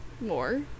More